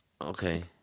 Okay